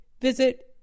visit